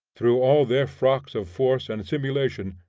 through all their frocks of force and simulation,